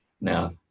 Now